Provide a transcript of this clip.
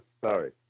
sorry